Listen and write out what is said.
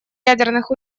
ядерных